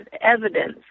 evidence